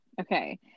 Okay